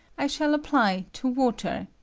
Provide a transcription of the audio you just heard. i shall apply to water,